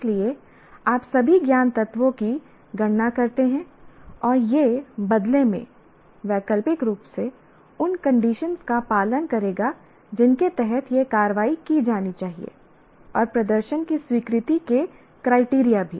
इसलिए आप सभी ज्ञान तत्वों की गणना करते हैं और यह बदले में वैकल्पिक रूप से उन कंडीशन का पालन करेगा जिनके तहत यह कार्रवाई की जानी चाहिए और प्रदर्शन की स्वीकृति के क्राइटेरिया भी